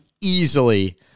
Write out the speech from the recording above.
easily